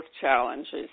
challenges